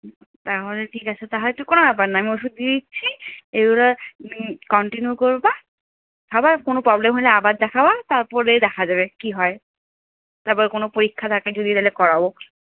তাহলে ঠিক আছে তাহালে তো কোনো ব্যাপার না আমি ওষুধ দিয়ে দিচ্ছি এইগুলা কন্টিনিউ করবা খাবা আর কোনো প্রবলেম হলে আবার দেখাবা তারপরে দেখা যাবে কী হয় তারপর কোনো পরীক্ষা থাকে যদি তাহলে করাবো